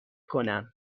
کنم